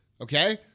okay